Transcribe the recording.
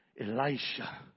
Elisha